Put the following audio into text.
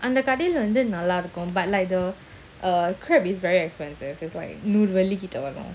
அந்தகடைலவந்து:andha kadaila vandhu but like the uh crab is very expensive is like நூறுவெள்ளிக்கிட்டவரும்:nooru vellikita varum